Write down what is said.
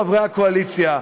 חברי הקואליציה,